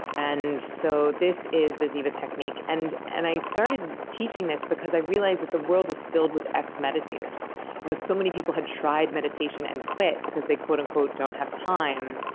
and so this is the ziva technique, and and i started teaching this because i realized that the world was filled with ex-meditators you know so many people had tried meditation and quit because they, quote unquote, don't have time,